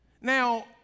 now